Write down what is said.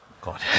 God